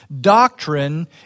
doctrine